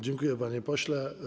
Dziękuję, panie pośle.